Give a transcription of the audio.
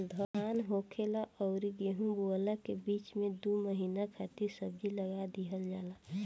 धान होखला अउरी गेंहू बोअला के बीच में दू महिना खातिर सब्जी लगा दिहल जाला